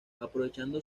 aprovechando